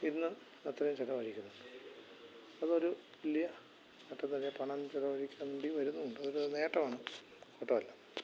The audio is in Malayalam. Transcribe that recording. ഇന്ന് അത്രയും ചിലവഴിക്കുന്നുണ്ട് അതൊരു വലിയ മാറ്റം തന്നെയാണ് പണം ചിലവഴിക്കേണ്ടി വരുന്നുണ്ട് അതൊരു നേട്ടമാണ് കോട്ടം അല്ല